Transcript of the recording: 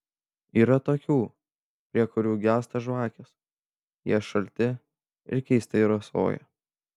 yra tokių prie kurių gęsta žvakės jie šalti ir keistai rasoja